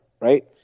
right